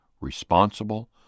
responsible